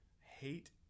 hate